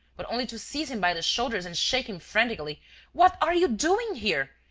but only to seize him by the shoulders and shake him frantically what are you doing here?